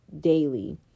daily